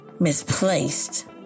misplaced